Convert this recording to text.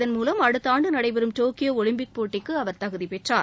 இதன்மூலம் அடுத்த ஆண்டு நடைபெறும் டோக்யோ ஒலிம்பிக் போட்டிக்கு அவர் தகுதி பெற்றார்